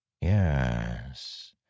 Yes